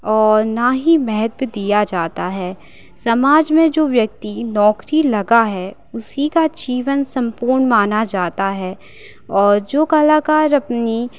और न ही महत्त्व दिया जाता है समाज में जो व्यक्ति नौकरी लगा है उसी का जीवन सम्पूर्ण माना जाता है और जो कलाकार अपनी